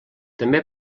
també